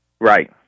Right